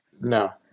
No